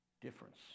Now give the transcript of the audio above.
Difference